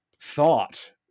thought